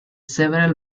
several